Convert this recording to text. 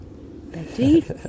Betty